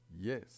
Yes